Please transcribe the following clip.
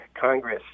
Congress